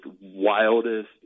wildest